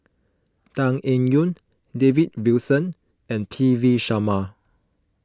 Tan Eng Yoon David Wilson and P V Sharma